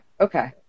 Okay